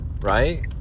right